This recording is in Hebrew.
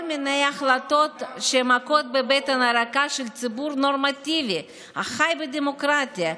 כל מיני החלטות שמכות בבטן הרכה של ציבור נורמטיבי החי בדמוקרטיה,